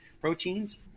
proteins